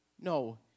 No